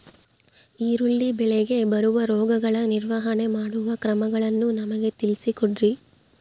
ಈರುಳ್ಳಿ ಬೆಳೆಗೆ ಬರುವ ರೋಗಗಳ ನಿರ್ವಹಣೆ ಮಾಡುವ ಕ್ರಮಗಳನ್ನು ನಮಗೆ ತಿಳಿಸಿ ಕೊಡ್ರಿ?